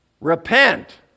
Repent